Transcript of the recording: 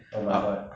oh my god